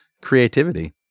creativity